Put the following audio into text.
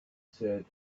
said